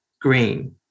green